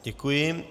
Děkuji.